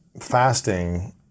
fasting